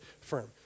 firm